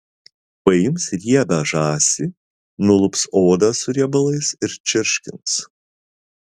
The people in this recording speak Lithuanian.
paims riebią žąsį nulups odą su riebalais ir čirškins